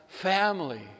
family